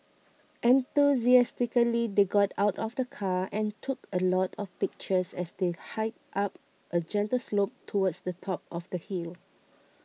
enthusiastically they got out of the car and took a lot of pictures as they hiked up a gentle slope towards the top of the hill